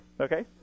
okay